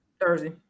Thursday